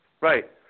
Right